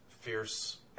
fierce